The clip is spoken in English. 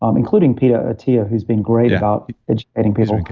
um including peter attia, who's been great about educating people,